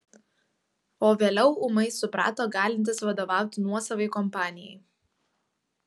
o vėliau ūmai suprato galintis vadovauti nuosavai kompanijai